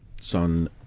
son